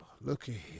looky